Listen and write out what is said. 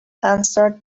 answered